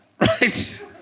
Right